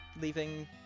leaving